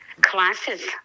Classes